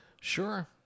Sure